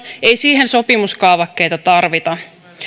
ei siihen sopimuskaavakkeita tarvita